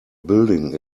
building